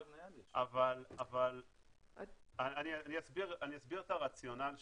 אני אסביר את הרציונל שהוביל,